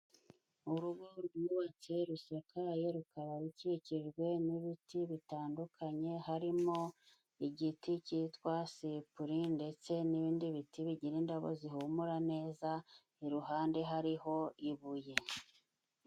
Urugo rwubatse rusakaye rukaba rukikijwe n'ibiti bitandukanye harimo igiti cyitwa sipuri, ndetse n'ibindi biti bigira indabo zihumura neza, iruhande hariho ibuye.